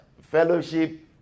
fellowship